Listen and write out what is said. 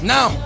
Now